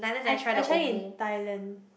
I I tried it in Thailand